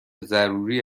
ضروری